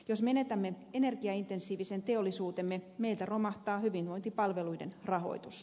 jos menetämme energiaintensiivisen teollisuutemme meiltä romahtaa hyvinvointipalveluiden rahoitus